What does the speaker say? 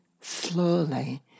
slowly